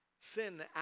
Sin